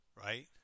Right